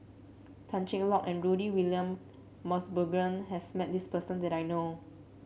Tan Cheng Lock and Rudy William Mosbergen has met this person that I know of